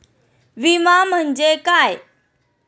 विमा म्हणजे काय?